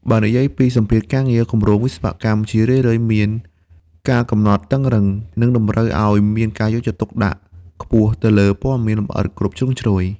បើនិយាយពីសម្ពាធការងារគម្រោងវិស្វកម្មជារឿយៗមាន កាលកំណត់តឹងរ៉ឹង និងតម្រូវឲ្យមានការយកចិត្តទុកដាក់ខ្ពស់ទៅលើព័ត៌មានលម្អិតគ្រប់ជ្រុងជ្រោយ។